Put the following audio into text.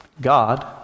God